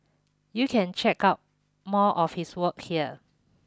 you can check out more of his work here